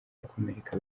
arakomereka